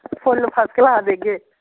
फुल्ल फसकलास देगे